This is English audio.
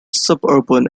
suburban